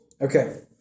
Okay